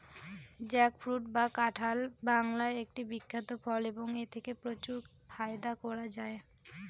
jackfruit বা কাঁঠাল বাংলার একটি বিখ্যাত ফল এবং এথেকে প্রচুর ফায়দা করা য়ায়